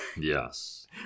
Yes